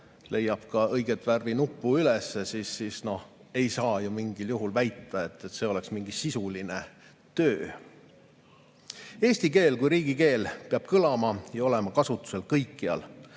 leiab õiget värvi nupu üles, siis ei saa ju mingil juhul väita, et see on mingi sisuline töö. Eesti keel kui riigikeel peab kõlama ja olema kasutusel kõikjal.